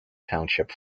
township